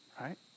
right